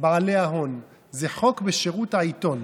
בעלי ההון, זה חוק בשירות העיתון.